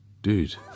dude